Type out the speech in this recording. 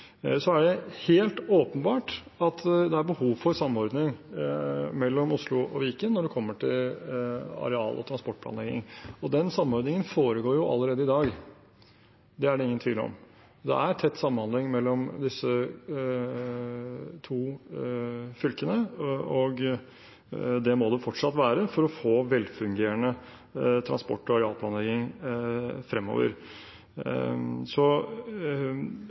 Så er det helt åpenbart at det er behov for samordning mellom Oslo og Viken når det kommer til areal- og transportplanlegging. Den samordningen foregår allerede i dag. Det er det ingen tvil om. Det er tett samhandling mellom disse to fylkene, og det må det fortsatt være for å få velfungerende transport- og arealplanlegging fremover.